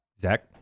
Zach